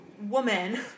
woman